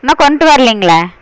இன்னும் கொண்ட்டு வர்லைங்களே